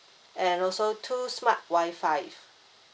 and also two smart wi-fi